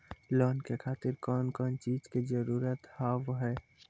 Loan के खातिर कौन कौन चीज के जरूरत हाव है?